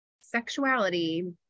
sexuality